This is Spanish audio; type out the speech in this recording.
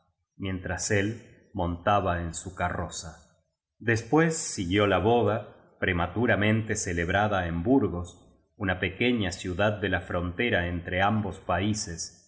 mientras el montaba en su carroza después siguió la boda prematuramente celebrada en bur gos una pequeña ciudad de la frontera entre ambos países